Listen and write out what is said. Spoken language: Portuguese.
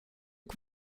que